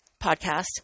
podcast